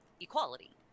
equality